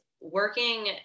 working